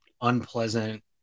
unpleasant